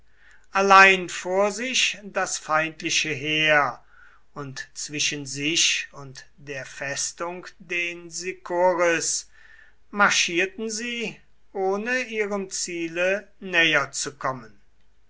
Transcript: allein vor sich das feindliche heer und zwischen sich und der festung den sicoris marschierten sie ohne ihrem ziele näher zu kommen